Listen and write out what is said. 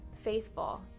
faithful